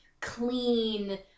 clean